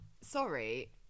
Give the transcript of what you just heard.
Sorry